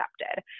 accepted